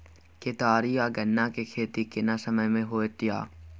केतारी आ गन्ना के खेती केना समय में होयत या?